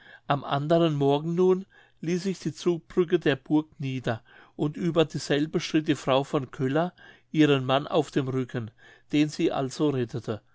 am anderen morgen nun ließ sich die zugbrücke der burg nieder und über dieselbe schritt die frau von köller ihren mann auf dem rücken den sie also rettete